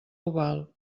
oval